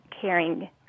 caring